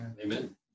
amen